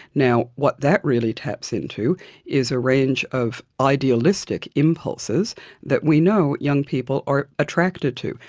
now, what that really taps into is a range of idealistic impulses that we know young people are attracted to.